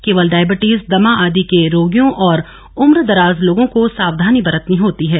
केवल डायबिटिज दमा आदि के रोगियों और उम्रदराज लोगों को सावधानी बरतनी होती है